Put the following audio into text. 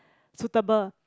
suitable